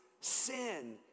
sin